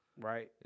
Right